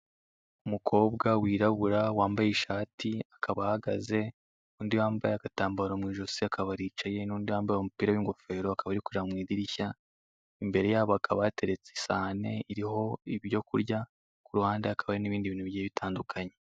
Umukobwa wirabura wambaye ishati akaba ahagaze, undi wambaye agatambaro mu ijosi akaba yicaye, n'undi wambaye umupira w'ingofero akaba ari kureba mu idirishya; imbere yabo hakaba hateretse isahani iriho ibyo kurya ku ruhande hakaba hari n'ibindi bintu bigiye bitandukanye.